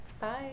Bye